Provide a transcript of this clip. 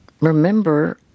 remember